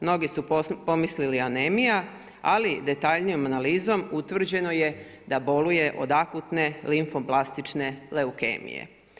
Mnogi su pomislili anemija ali detaljnijom analizom utvrđeno je da boluje od akutne limfoblastične leukemije.